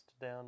down